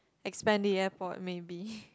expand the airport maybe